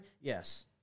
Yes